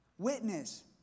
witness